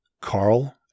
Carl